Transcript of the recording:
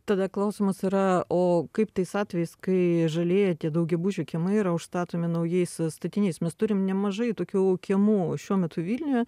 tada klausimas yra o kaip tais atvejais kai žalieji tie daugiabučių kiemai yra užstatomi naujais statiniais mes turim nemažai tokių kiemų šiuo metu vilniuje